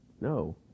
no